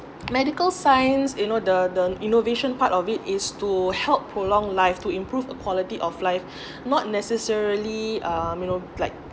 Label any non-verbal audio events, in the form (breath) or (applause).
medical science you know the the innovation part of it is to help prolong life to improve a quality of life (breath) not necessarily uh you know like